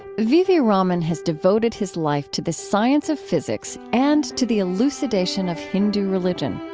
v v. raman has devoted his life to the science of physics and to the elucidation of hindu religion